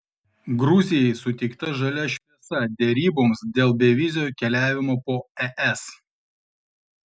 gruzijai suteikta žalia šviesa deryboms dėl bevizio keliavimo po es